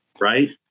right